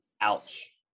Ouch